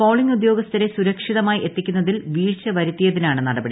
polling ഉദ്യോഗസ്ഥരെ സുരക്ഷിതമായി എത്തിക്കുന്നതിൽ വീഴ്ച വരുത്തിയതിനാണ് നടപടി